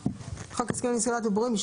חוק הסכמים לנשיאת עוברים, יש פה הגדרה שלו.